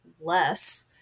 less